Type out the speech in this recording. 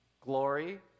glory